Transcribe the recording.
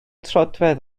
troedfedd